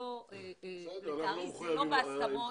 לצערי זה לא בהסכמות.